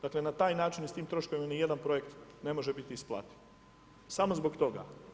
Dakle na taj način i s tim troškovima nijedan projekt ne može biti isplativ, samo zbog toga.